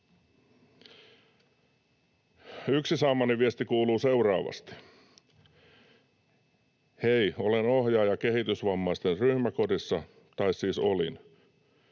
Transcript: Yksi saamani viesti kuuluu seuraavasti: ”Hei! Olen ohjaaja kehitysvammaisten ryhmäkodissa, tai siis olin.